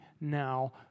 now